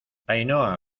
ainhoa